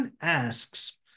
asks